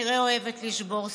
כנראה אוהבת לשבור שיאים.